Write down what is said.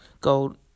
gold